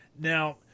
Now